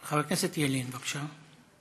חבר הכנסת ילין, בבקשה.